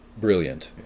brilliant